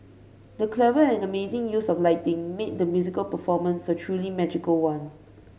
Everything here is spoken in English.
the clever and amazing use of lighting made the musical performance a truly magical one